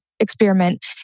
experiment